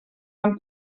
han